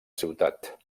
ciutat